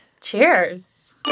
Cheers